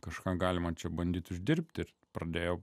kažką galima čia bandyti uždirbti ir pradėjau